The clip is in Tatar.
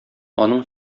аның